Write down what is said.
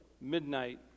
midnight